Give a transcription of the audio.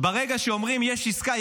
ברגע שאומרים: יש עסקה,